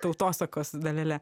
tautosakos dalele